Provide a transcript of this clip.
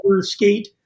skate